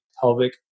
pelvic